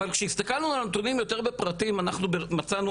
אבל כשהסתכלנו על הנתונים יותר בפרטים אנחנו מצאנו,